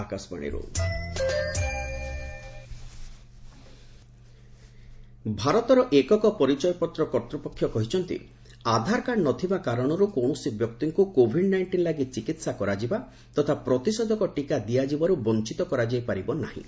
ଆଧାର Covid ଭାରତର ଏକକ ପରିଚୟ ପତ୍ର କର୍ତ୍ତ୍ୱପକ୍ଷ କହିଛନ୍ତି ଆଧାର କାର୍ଡ଼ ନ ଥିବା କାରଣରୁ କୌଣସି ବ୍ୟକ୍ତିଙ୍କୁ କୋଭିଡ୍ ନାଇଷ୍ଟିନ୍ ଲାଗି ଚିକିତ୍ସା କରାଯିବା ତଥା ପ୍ରତିଷେଧକ ଟିକା ଦିଆଯିବାରୁ ବଞ୍ଚତ କରାଯାଇ ପାରିବ ନାହିଁ